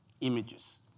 Images